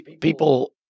people